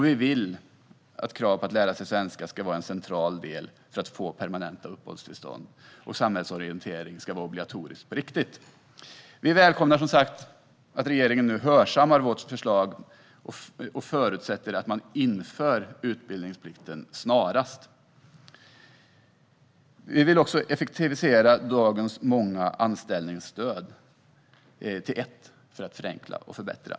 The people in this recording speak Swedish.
Vi vill att krav på att lära sig svenska ska vara en central del för att få permanent uppehållstillstånd. Vi vill även att samhällsorientering ska vara något som är obligatoriskt på riktigt. Vi välkomnar som sagt att regeringen nu hörsammar vårt förslag och förutsätter att man inför denna utbildningsplikt snarast. Vi vill också effektivisera dagens många anställningsstöd till ett enda för att förenkla och förbättra.